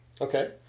Okay